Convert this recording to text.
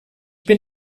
bin